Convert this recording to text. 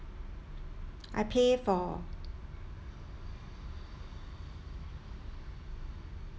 I pay for